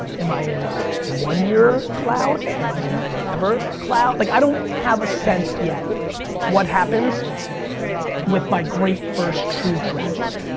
am i in a one-year cloud? am i in a forever cloud? like, i don't have a sense yet what happens with my great first true tragedy,